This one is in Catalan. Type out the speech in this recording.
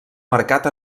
marcat